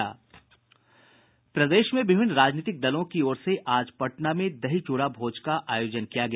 प्रदेश में विभिन्न राजनीतिक दलों की ओर से आज पटना में दही चूड़ा भोज का आयोजन किया गया